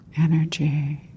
energy